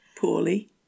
Poorly